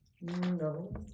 No